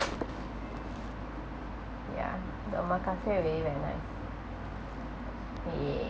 yeah the omakase really very nice yeah